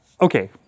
Okay